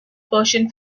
persian